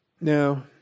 Now